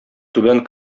түбән